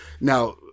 Now